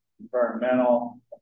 Environmental